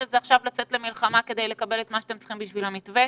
או שזה עכשיו לצאת למלחמה כדי לקבל את מה שאתם צריכים בשביל המתווה?